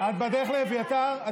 את בדרך לאביתר?